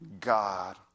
God